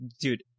dude